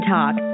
Talk